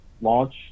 launch